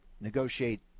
negotiate